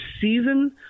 season